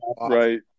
Right